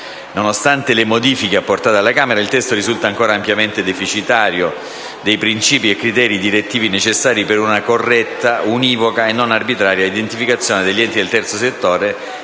Nonostante le modifiche apportate alla Camera, il testo risulta ancora ampiamente deficitario dei principi e criteri direttivi necessari per una corretta, univoca e non arbitraria identificazione degli enti del terzo settore,